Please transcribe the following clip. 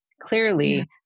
Clearly